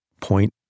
point